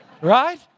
right